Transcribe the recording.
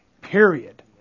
Period